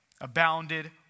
abounded